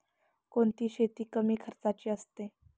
कोणती शेती कमी खर्चाची असते?